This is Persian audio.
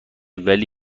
ولی